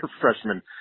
freshman